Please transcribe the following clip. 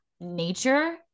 nature